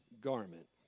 garment